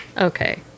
Okay